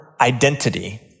Identity